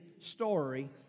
story